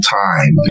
time